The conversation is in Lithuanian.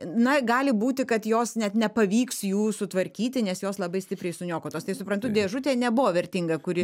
na gali būti kad jos net nepavyks jų sutvarkyti nes jos labai stipriai suniokotos tai suprantu dėžutė nebuvo vertinga kuri